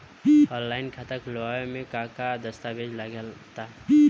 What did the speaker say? Online खाता खूलावे म का का दस्तावेज लगा ता?